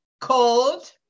cold